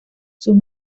sus